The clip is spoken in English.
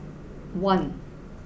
one